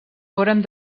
foren